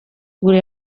gure